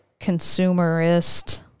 consumerist